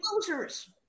losers